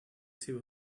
two